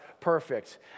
perfect